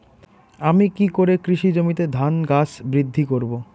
আমি কী করে কৃষি জমিতে ধান গাছ বৃদ্ধি করব?